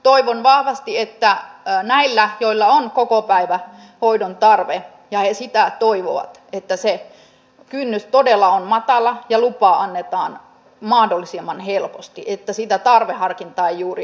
toivon vahvasti että näillä joilla on kokopäivähoidon tarve ja jotka sitä toivovat se kynnys todella on matala ja lupa annetaan mahdollisimman helposti että sitä tarveharkintaa ei juuri edes käytetä